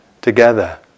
together